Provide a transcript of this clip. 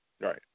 Right